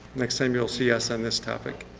like time you'll see us on this topic.